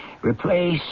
replace